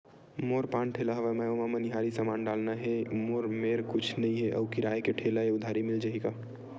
मोर पान ठेला हवय मैं ओमा मनिहारी समान डालना हे मोर मेर कुछ नई हे आऊ किराए के ठेला हे उधारी मिल जहीं का?